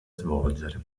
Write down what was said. svolgere